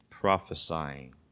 prophesying